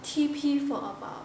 T_P for awhile